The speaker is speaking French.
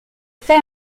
fait